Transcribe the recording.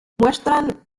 muestran